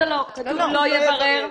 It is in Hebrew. לא, כתוב "לא יברר".